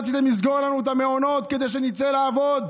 רציתם לסגור לנו את המעונות כדי שנצא לעבוד,